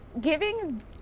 giving